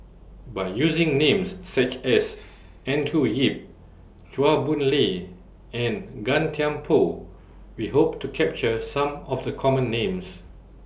By using Names such as Andrew Yip Chua Boon Lay and Gan Thiam Poh We Hope to capture Some of The Common Names